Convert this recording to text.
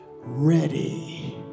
ready